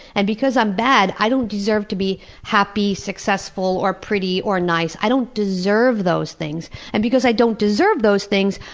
and because i'm bad, i don't deserve to be happy, successful, or pretty, or nice i don't deserve those things. and because i don't deserve those things,